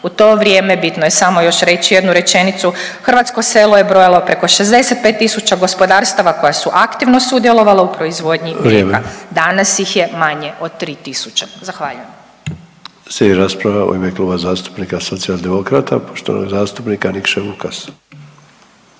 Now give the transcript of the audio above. U to vrijeme bitno je samo još reći jednu rečenicu, hrvatsko selo je brojalo preko 65.000 gospodarstava koja su aktivno sudjelovala u proizvodnji mlijeka …/Upadica: Vrijeme./… danas iz je manje od 3.000. Zahvaljujem. **Sanader, Ante (HDZ)** Slijedi rasprava u ime Kluba zastupnika Socijaldemokrata. Poštovani zastupnik Nikša Vukas.